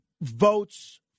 votes